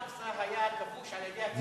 מסגד אל-אקצא היה כבוש על-ידי הצלבנים,